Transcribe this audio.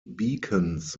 beacons